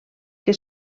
que